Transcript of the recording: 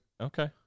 Okay